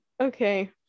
Okay